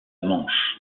manche